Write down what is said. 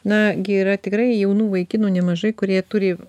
na gi yra tikrai jaunų vaikinų nemažai kurie turi